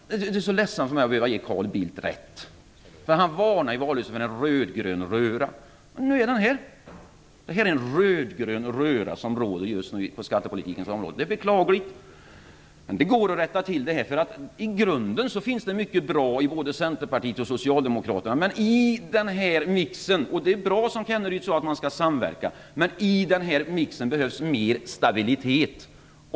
Det är ledsamt för mig. Men han varnade i valrörelsen för en rödgrön röra. Nu är den här! Det är en rödgrön röra som råder just nu på skattepolitikens område. Det är beklagligt, men det går att rätta till. I grunden finns det mycket bra hos både Centerpartiet och Socialdemokraterna. Det är bra som Kenneryd säger, att man skall samverka. Men i denna mix behövs mer stabilitet.